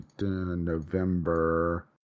November